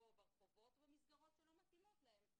או ברחובות, במסגרות שלא מתאימות להם.